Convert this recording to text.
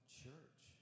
church